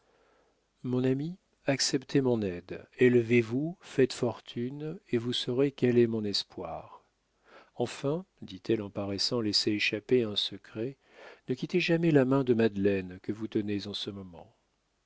mon ami acceptez mon aide élevez-vous faites fortune et vous saurez quel est mon espoir enfin dit-elle en paraissant laisser échapper un secret ne quittez jamais la main de madeleine que vous tenez en ce moment